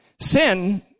Sin